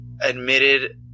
admitted